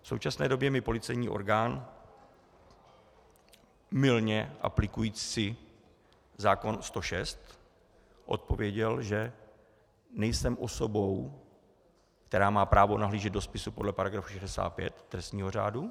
V současné době mi policejní orgán, mylně aplikuje si zákon 106, odpověděl, že nejsem osobou, která má právo nahlížet do spisu podle § 65 trestního řádu.